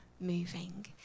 moving